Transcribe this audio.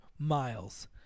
Miles